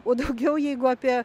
o daugiau jeigu apie